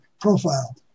profile